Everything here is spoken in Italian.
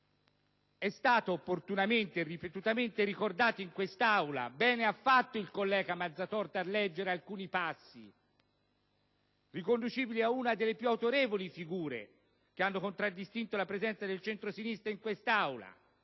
è stato opportunamente e ripetutamente ricordato in quest'Aula. Bene ha fatto il collega Mazzatorta a leggere alcuni passi riconducibili ad una delle più autorevoli figure che hanno contraddistinto la presenza del centrosinistra in quest'Aula;